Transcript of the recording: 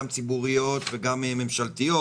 גם ציבוריות וגם ממשלתיות,